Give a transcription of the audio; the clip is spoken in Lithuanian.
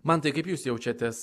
mantai kaip jūs jaučiatės